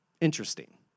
interesting